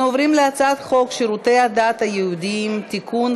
אנחנו עוברים להצעת חוק שירותי הדת היהודיים (תיקון,